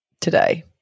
today